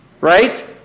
Right